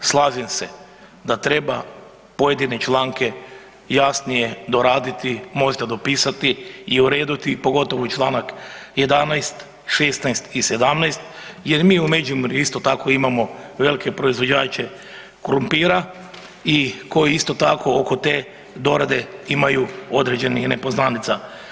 Slažem se da treba pojedine članke jasnije doraditi, možda dopisati i urediti pogotovo i Članak 11., 16. i 17., jer mi u Međimurju isto tako imamo velike proizvođače krumpira i koji isto tako oko te dorade imaju određenih nepoznanica.